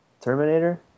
Terminator